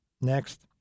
Next